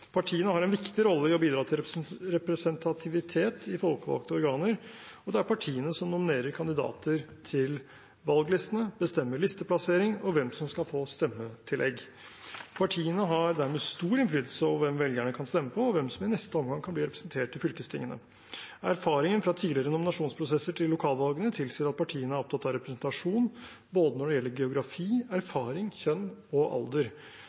Partiene har en viktig rolle i å bidra til representativitet i folkevalgte organer, og det er partiene som nominerer kandidater til valglistene, bestemmer listeplassering og hvem som skal få stemmetillegg. Partiene har dermed stor innflytelse over hvem velgerne kan stemme på, og hvem som i neste omgang kan bli representert i fylkestingene. Erfaringen fra tidligere nominasjonsprosesser til lokalvalgene tilsier at partiene er opptatt av representasjon når det gjelder både geografi, erfaring, kjønn og alder.